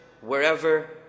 wherever